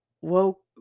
woke